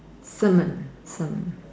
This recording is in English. Salmon Salmon